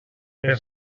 per